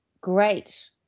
great